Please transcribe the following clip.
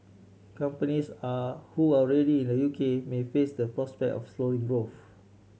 companies are who are already in the U K may face the prospects of a slower growth